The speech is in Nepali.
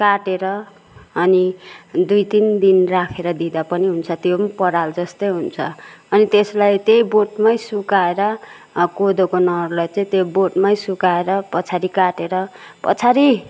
काटेर अनि दुई तिन दिन राखेर दिँदा पनि हुन्छ त्यो पनि पराल जस्तै हुन्छ अनि त्यसलाई त्यही बोट मै सुकाएर कोदोको नललाई चाहिँ त्यो बोटमै सुकाएर पछाडि काटेर पछाडि